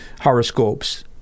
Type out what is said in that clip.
horoscopes